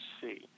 see